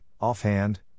offhand